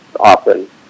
often